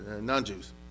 non-Jews